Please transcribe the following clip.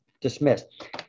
Dismissed